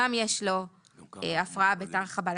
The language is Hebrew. גם יש לו הפרעה בתר-חבלתית.